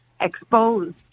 exposed